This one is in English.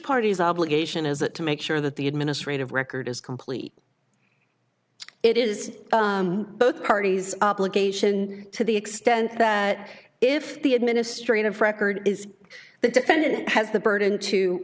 party is obligation is it to make sure that the administrative record is complete it is both parties obligation to the extent that if the administrative record is the defendant has the burden to